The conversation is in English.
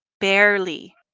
barely